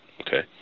okay